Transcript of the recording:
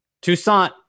Toussaint